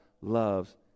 loves